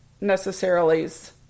necessarily's